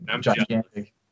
gigantic